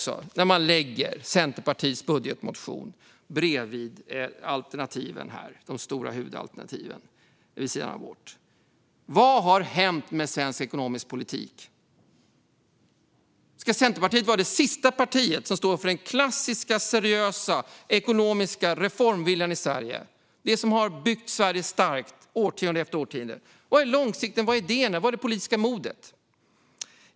När man lägger Centerpartiets budgetmotion bredvid de stora huvudalternativen kan man fråga sig: Vad har hänt med svensk ekonomisk politik? Ska Centerpartiet vara det sista partiet som står för den klassiska seriösa ekonomiska reformviljan i Sverige? Det är detta som har byggt Sverige starkt årtionde efter årtionde. Var finns det långsiktiga och idéerna? Var finns det politiska modet?